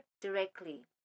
directly